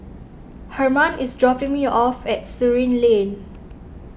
Hermann is dropping me off at Surin Lane